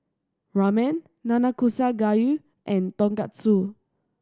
Ramen Nanakusa Gayu and Tonkatsu